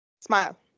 smile